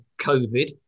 COVID